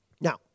Now